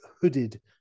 hooded